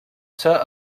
ser